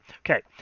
Okay